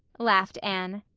laughed anne.